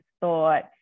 thought